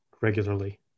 regularly